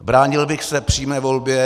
Bránil bych se přímé volbě.